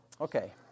Okay